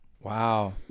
Wow